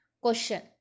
Question